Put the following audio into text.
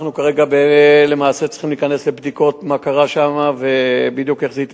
אנחנו כרגע למעשה צריכים להיכנס לבדיקות מה קרה שם ובדיוק איך זה התפתח.